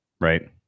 right